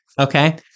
okay